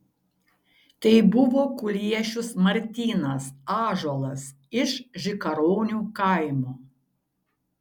tai buvo kuliešius martynas ąžuolas iš žikaronių kaimo